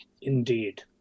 indeed